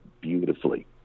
beautifully